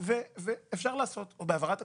בהעברה תקציבית.